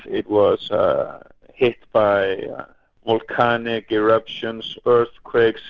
it was hit by volcanic eruptions, earthquake,